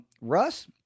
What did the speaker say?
Russ